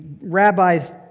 rabbi's